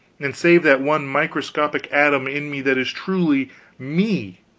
and save that one microscopic atom in me that is truly me